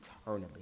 eternally